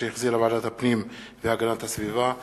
שהחזירה ועדת הפנים והגנת הסביבה,